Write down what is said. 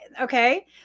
Okay